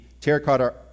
Terracotta